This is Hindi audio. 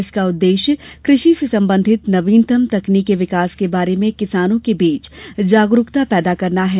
इसका उद्देश्य कृषि से संबंधित नवीनतम तकनीकी विकास के बारे में किसानों के बीच जागरूकता पैदा करना है